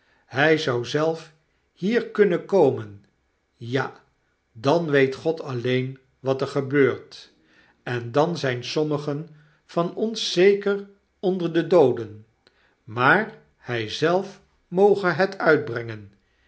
hij zou zelf hier kunnen komen ja dan weet god alleen wat er gebeurt en dan zyn sommigen van ons zeker onder de dooden maar hy zelf moge het uitbrengen